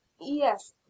Yes